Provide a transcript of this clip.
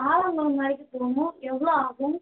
ஆலாங்குளம் வரைக்கும் போகணும் எவ்வளோ ஆகும்